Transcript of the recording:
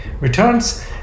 returns